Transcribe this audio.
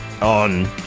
On